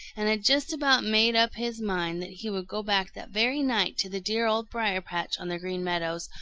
and had just about made up his mind that he would go back that very night to the dear old briar-patch on the green meadows,